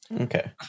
Okay